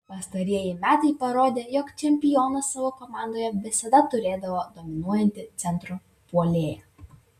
pastarieji metai parodė jog čempionas savo komandoje visada turėdavo dominuojantį centro puolėją